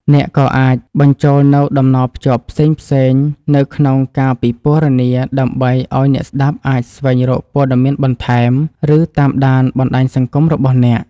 អ្នកក៏អាចបញ្ចូលនូវតំណភ្ជាប់ផ្សេងៗនៅក្នុងការពិពណ៌នាដើម្បីឱ្យអ្នកស្តាប់អាចស្វែងរកព័ត៌មានបន្ថែម ឬតាមដានបណ្តាញសង្គមរបស់អ្នក។